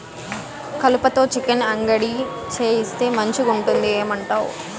కలుపతో చికెన్ అంగడి చేయిస్తే మంచిగుంటది ఏమంటావు